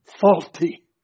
faulty